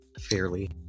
fairly